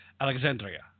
Alexandria